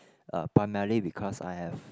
uh primarily because I have